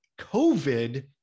COVID